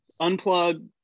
Unplug